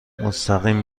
مستقیم